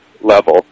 level